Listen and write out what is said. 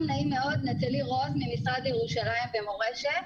אני ממשרד לירושלים ומורשת,